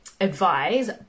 advise